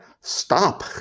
stop